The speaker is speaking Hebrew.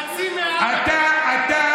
חצי מהעם, תתביישו לכם.